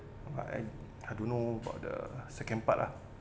but I I don't know about the second part lah